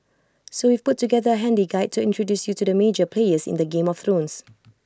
so we've put together A handy guide to introduce you to the major players in this game of thrones